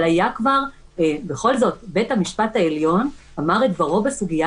אבל בכל זאת בית המשפט העליון אמר את דברו בסוגיה